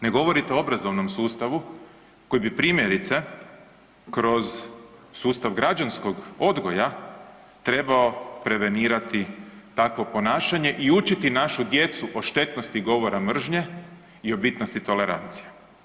Ne govorite o obrazovnom sustavu koji bi primjerice kroz sustav građanskog odgoja trebao prevenirati takvo ponašanje i učiti našu djecu po štetnosti govora mržnje i o bitnosti tolerancije.